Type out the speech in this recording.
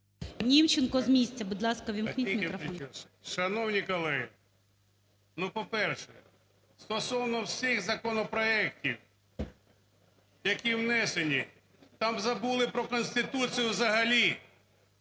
Німченко, з місця, будь ласка, увімкніть мікрофон.